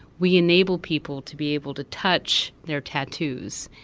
we enable people to be able to touch their tattoos,